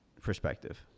perspective